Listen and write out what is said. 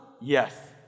Yes